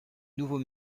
nouveau